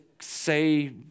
say